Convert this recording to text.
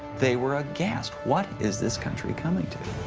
they were aghast. what is this country coming to?